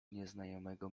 nieznajomego